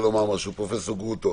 פרופ' גרוטו,